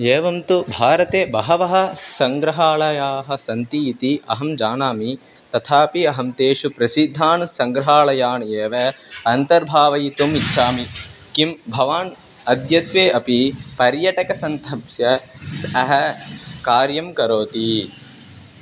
एवं तु भारते बहवः सङ्ग्रहालयाः सन्ति इति अहं जानामि तथापि अहं तेषु प्रसिद्धान् सङ्ग्रहालयान् एव अन्तर्भावयितुम् इच्छामि किं भवान् अद्यत्वे अपि पर्यटकसंस्थया सह कार्यं करोति